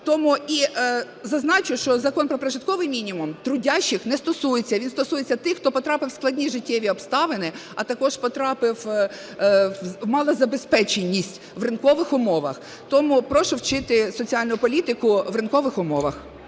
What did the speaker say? Тому і зазначу, що Закон "Про прожитковий мінімум" трудящих не стосується, він стосується тих, хто потрапив в складні життєві обставини, а також потрапив в малозабезпеченість в ринкових умовах. Тому прошу вчити соціальну політику в ринкових умовах,